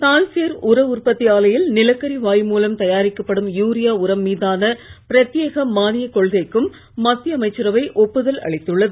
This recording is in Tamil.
தால்சேர் உர உற்பத்தி ஆலையில் நிலக்கரி வாயு மூலம் தயாரிக்கப்படும் யூரியா உரம் மீதான பிரத்யேக மானியக் கொள்கைக்கும் மத்திய அமைச்சரவை ஒப்புதல் அளித்துள்ளது